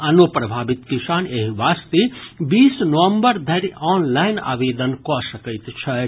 आनो प्रभावित किसान एहि वास्ते बीस नवम्बर धरि ऑनलाईन आवेदन कऽ सकैत छथि